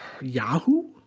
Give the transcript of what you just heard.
Yahoo